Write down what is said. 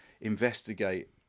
investigate